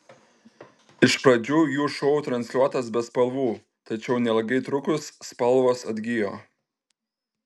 iš pradžių jų šou transliuotas be spalvų tačiau neilgai trukus spalvos atgijo